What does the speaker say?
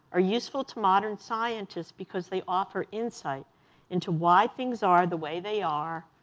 are useful to modern scientists because they offer insight into why things are the way they are,